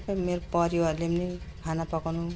सबै मेरो परिवारले नि खाना पकाउनु